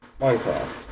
Minecraft